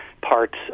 parts